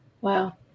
Wow